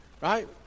right